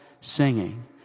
singing